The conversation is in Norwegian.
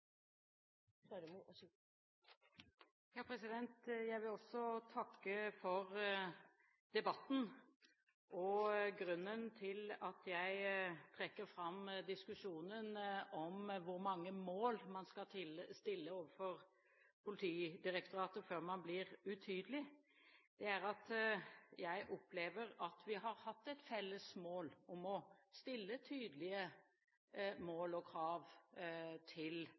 Jeg vil også takke for debatten. Grunnen til at jeg trekker fram diskusjonen om hvor mange mål man skal stille overfor Politidirektoratet før man blir utydelig, er at jeg opplever at vi har hatt et felles mål om å stille tydelige mål og krav til